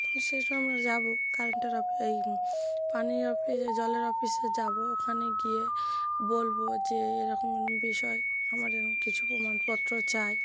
তো সেসব আমরা যাব কারেন্টের অফিস এই পানির অফিসে জলের অফিসে যাব ওখানে গিয়ে বলব যে এরকম বিষয় আমার এরকম কিছু প্রমাণপত্র চাই